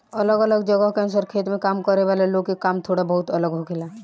अलग अलग जगह के अनुसार खेत में काम करे वाला लोग के काम थोड़ा बहुत अलग होखेला